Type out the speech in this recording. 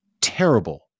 terrible